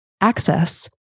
access